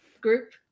group